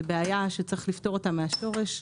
זו בעיה שצריך לפתור אותה מהשורש.